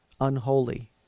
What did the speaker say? unholy